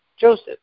Joseph